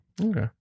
okay